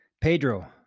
Pedro